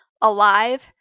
alive